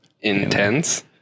Intense